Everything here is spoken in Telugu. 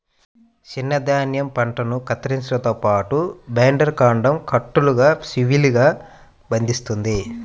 చిన్న ధాన్యం పంటను కత్తిరించడంతో పాటు, బైండర్ కాండం కట్టలుగా షీవ్లుగా బంధిస్తుంది